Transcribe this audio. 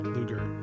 Luger